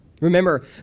Remember